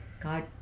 God